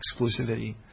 exclusivity